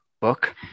book